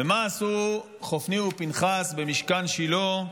ומה עשו חופני ופינחס במשכן שילה?